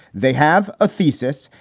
they have a thesis.